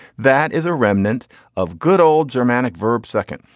that is a remnant of good old germanic verb second.